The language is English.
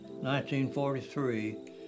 1943